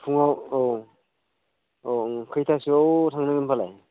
फुङाव औ औ खैथासोआव थांगोन होमब्लालाय